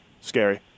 scary